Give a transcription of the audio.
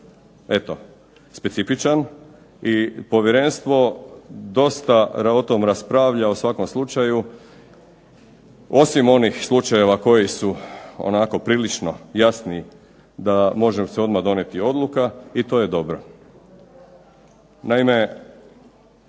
eto specifičan i povjerenstvo dosta o tom raspravlja, o svakom slučaju, osim onih slučajeva koji su onako prilično jasni da može se odmah donijeti odluka i to je dobro. Naime,